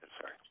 sorry